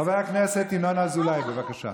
חבר הכנסת ינון אזולאי, בבקשה.